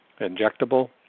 injectable